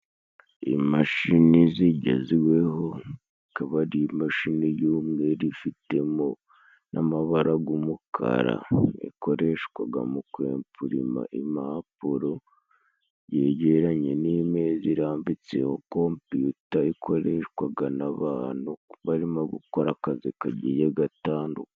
Imashini zigezweho akaba ari imashini y'umweru ifitemo n'amabara g'umukara, ikoreshwaga mu kwepirima impapuro, yegeranye n'imeza irambitseho kompiyuta ikoreshwaga n'abantu barimo gukora akazi kagiye gatandukanye.